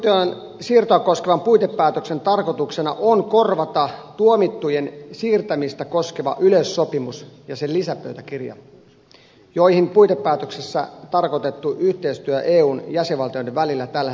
tuomittujen siirtoa koskevan puitepäätöksen tarkoituksena on korvata tuomittujen siirtämistä koskeva yleissopimus ja sen lisäpöytäkirja joihin puitepäätöksessä tarkoitettu yhteistyö eun jäsenvaltioiden välillä tällä hetkellä perustuu